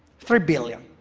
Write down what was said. three billion.